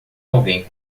alguém